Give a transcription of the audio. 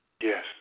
Yes